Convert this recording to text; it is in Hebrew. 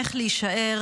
איך להישאר